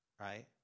right